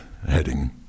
heading